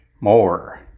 more